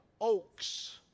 oaks